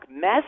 mess